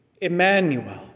Emmanuel